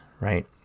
right